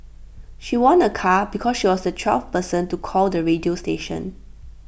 she won A car because she was the twelfth person to call the radio station